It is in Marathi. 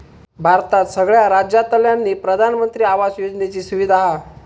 भारतात सगळ्या राज्यांतल्यानी प्रधानमंत्री आवास योजनेची सुविधा हा